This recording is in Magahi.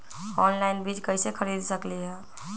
ऑनलाइन बीज कईसे खरीद सकली ह?